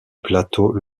plateau